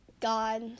God